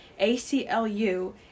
ACLU